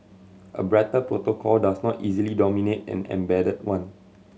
a brighter protocol does not easily dominate an embedded one